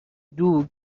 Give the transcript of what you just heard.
دوگ